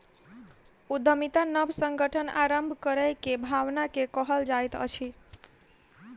उद्यमिता नब संगठन आरम्भ करै के भावना के कहल जाइत अछि